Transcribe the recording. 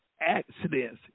accidents